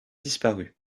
disparu